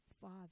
father